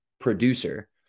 producer